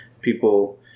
people